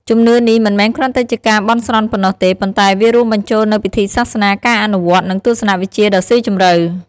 ជំនឿនេះមិនមែនគ្រាន់តែជាការបន់ស្រន់ប៉ុណ្ណោះទេ ប៉ុន្តែវារួមបញ្ចូលនូវពិធីសាសនា ការអនុវត្តន៍ និងទស្សនៈវិជ្ជាដ៏ស៊ីជម្រៅ។